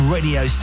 Radio